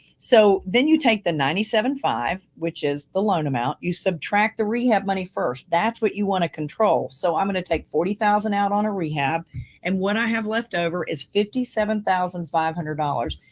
so then you take the ninety seven thousand five hundred, which is the loan amount. you subtract the rehab money first. that's what you want to control. so i'm going to take forty thousand out on a rehab and when i have leftover is fifty seven thousand five hundred dollars.